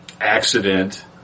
accident